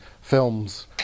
films